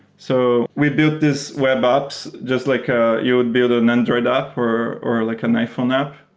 so we built these web apps just like ah you would build an android app or or like an iphone app.